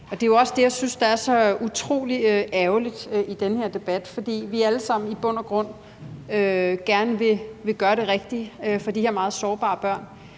Det er jo også det, jeg synes er så utrolig ærgerligt i den her debat, for i bund og grund vil vi jo alle sammen gerne gøre det rigtige for de her meget sårbare børn.